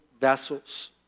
vessels